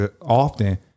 often